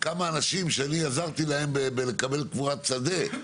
כמה אנשים שאני עזרתי להם לקבל קבורת שדה,